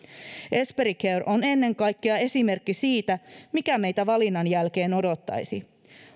esperi care on ennen kaikkea esimerkki siitä mikä meitä valinnan jälkeen odottaisi